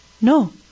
No